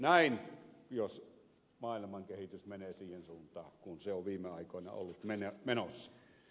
näin jos maailman kehitys menee siihen suuntaan kuin se on viime aikoina ollut menossa